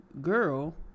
girl